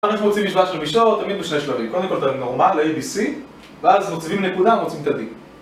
אנחנו מוצאים משוואה של מישור תמיד בשני שלבים קודם כל תבין נורמל ל-ABC ואז מוצאים נקודה, מוצאים את ה-D